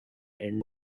end